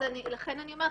לכן אני אומרת,